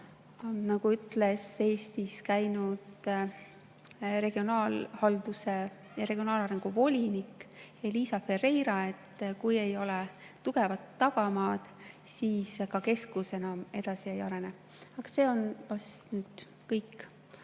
nagu ütles Eestis käinud regionaalhalduse ja regionaalarengu volinik Elisa Ferreira, kui ei ole tugevat tagamaad, siis ega keskus enam edasi ei arene. See on vast kogu